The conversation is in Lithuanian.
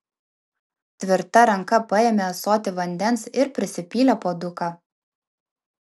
tvirta ranka paėmė ąsotį vandens ir prisipylė puoduką